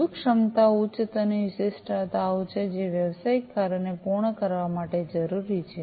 મૂળભૂત ક્ષમતાઓ ઉચ્ચ સ્તરની વિશિષ્ટતાઓ છે જે વ્યવસાયિક કાર્યોને પૂર્ણ કરવા માટે જરૂરી છે